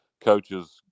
coaches